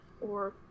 or-